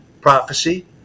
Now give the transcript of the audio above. prophecy